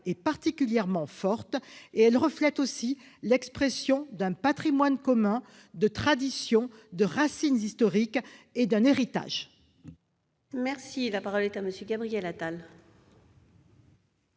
est particulièrement forte et reflète aussi l'expression d'un patrimoine commun, de traditions, de racines historiques, d'un héritage ? La parole est à M. le secrétaire d'État.